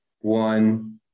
one